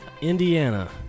indiana